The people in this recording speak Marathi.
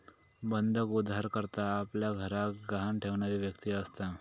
बंधक उधारकर्ता आपल्या घराक गहाण ठेवणारी व्यक्ती असता